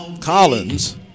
Collins